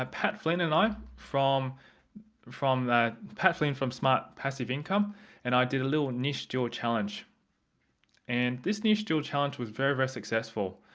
ah pat flynn and i from from pat flynn from smart passive income and i did a little niche duel challenge and this niche duel challenge was very, very successful.